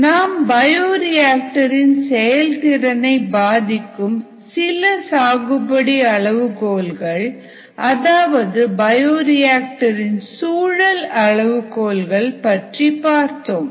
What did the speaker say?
நாம் பயோரிஆக்டர் இன் செயல்திறனை பாதிக்கும் சில சாகுபடி அளவுகோல்கள் அதாவது பயோரியாஆக்டர் இன் சூழல் அளவுகோல்கள் பற்றி பார்த்தோம்